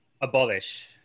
Abolish